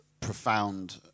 profound